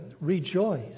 rejoice